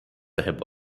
ହେବ